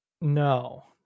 No